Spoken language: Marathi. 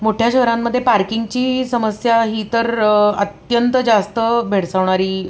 मोठ्या शहरांमध्ये पार्किंगची समस्या ही तर अत्यंत जास्त भेडसवणारी